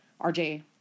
RJ